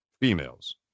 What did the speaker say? females